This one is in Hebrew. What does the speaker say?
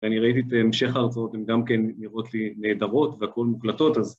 ואני ראיתי את המשך ההרצאות, הן גם כן נראות לי נהדרות והכל מוקלטות, אז...